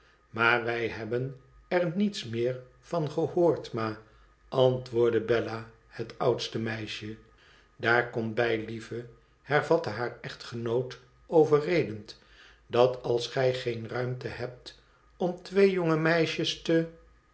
maar wij hebn er niets meer van gehoord ma antwoordde bella het oudste meie idaar komt bij lieve hervatte haar echtgenoot overredend dat als gij geen ruimte hebt om twee jonge meisjes te